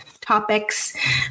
topics